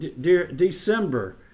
December